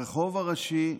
ברחוב הראשי,